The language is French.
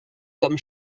comme